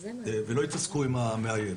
ולא יתעסקו עם המאיים.